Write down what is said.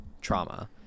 trauma